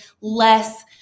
less